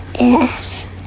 Yes